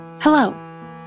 Hello